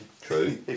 True